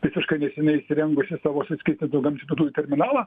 visiškai nesenai įsirengusi savo suskystintų gamtinių dujų terminalą